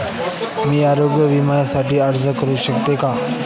मी आरोग्य विम्यासाठी अर्ज करू शकतो का?